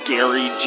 Gary